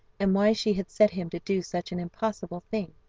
and why she had set him to do such an impossible thing.